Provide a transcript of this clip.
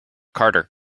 carter